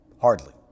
Hardly